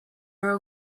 are